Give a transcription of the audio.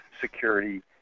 security